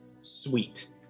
Sweet